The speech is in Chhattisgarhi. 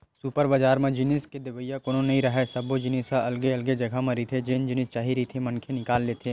सुपर बजार म जिनिस के देवइया कोनो नइ राहय, सब्बो जिनिस ह अलगे अलगे जघा म रहिथे जेन जिनिस चाही रहिथे मनखे निकाल लेथे